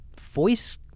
voice